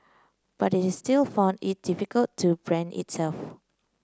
but it is still found it difficult to brand itself